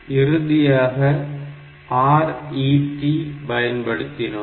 இறுதியாக RET பயன்படுத்தினோம்